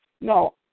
no